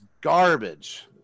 garbage